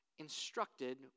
instructed